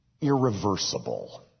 irreversible